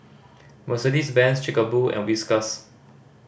Mercedes Benz Chic a Boo and Whiskas